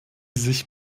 sich